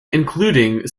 including